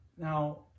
Now